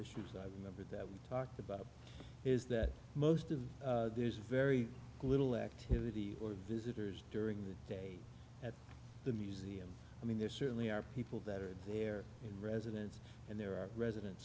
issues i remember that we talked about is that most of there's very little activity or visitors during the day at the museum i mean there certainly are people that are there in residence and there are resident